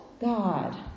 God